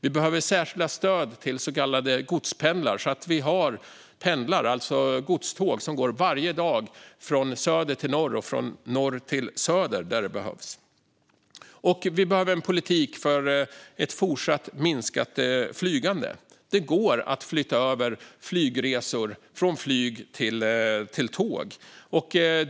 Vi behöver särskilda stöd till så kallade godspendlar så att vi har godståg som går varje dag från söder till norr och från norr till söder där det behövs. Vi behöver en politik för ett fortsatt minskat flygande. Det går att flytta över flygresor från flyg till tåg.